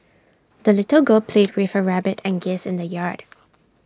the little girl played with her rabbit and geese in the yard